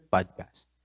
Podcast